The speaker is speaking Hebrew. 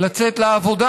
לצאת לעבודה,